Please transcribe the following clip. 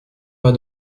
pas